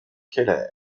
keller